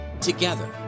together